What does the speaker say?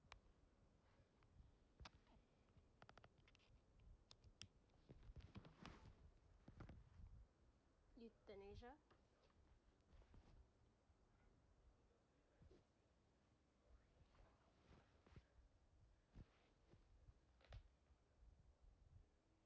euthanasia